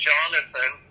Jonathan